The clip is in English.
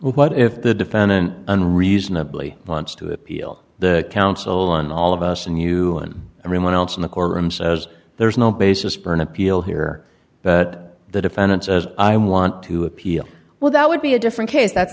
what if the defendant unreasonably paunch to appeal the counsel on all of us and you and everyone else in the courtroom says there is no basis for an appeal here but the defendant says i want to appeal well that would be a different case that